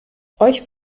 euch